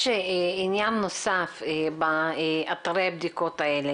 יש עניין נוסף באתרי הבדיקות האלה,